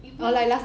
even